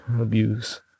abuse